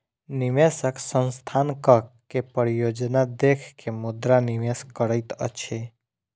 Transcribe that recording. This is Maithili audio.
निवेशक संस्थानक के परियोजना देख के मुद्रा निवेश करैत अछि